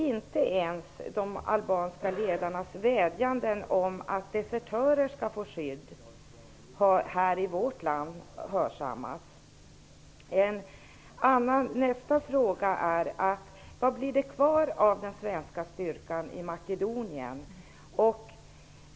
Inte ens de albanska ledarnas vädjanden om att desertörer skall få skydd har hörsammats i vårt land. Makedonien?